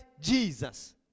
Jesus